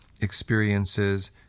experiences